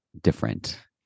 different